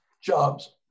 jobs